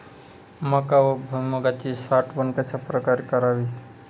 मका व भुईमूगाची साठवण कशाप्रकारे करावी?